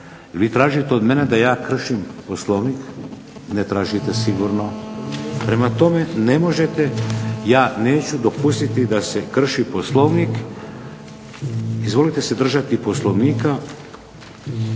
Vi tražite od mene da ja kršim Poslovnik? Ne tražite sigurno. Prema tome, ne možete. Ja neću dopustiti da se krši Poslovnik. Izvolite se držati Poslovnika,